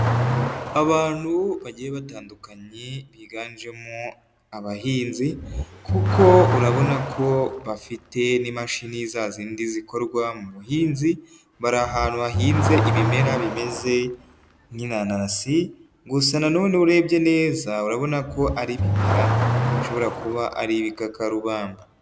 Abantu bagiye batandukanye biganjemo abahinzi, kuko urabona ko bafite n'imashini za zindi zikorwa mu buhinzi, bari ahantu hahinze ibimera bimeze nk'inanasi, gusa nanone urebye neza urabona ko ari ibimera bishobora kuba ari ibikakarubamba.